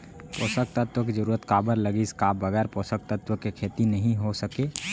पोसक तत्व के जरूरत काबर लगिस, का बगैर पोसक तत्व के खेती नही हो सके?